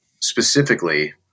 specifically